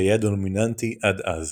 שהיה הדומיננטי עד אז.